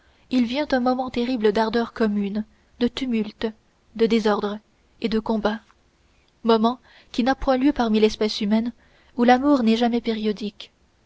il vient un moment terrible d'ardeur commune de tumulte de désordre et de combat moment qui n'a point lieu parmi l'espèce humaine où l'amour n'est jamais périodique